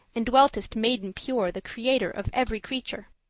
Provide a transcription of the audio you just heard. and dweltest maiden pure, the creator of every creature.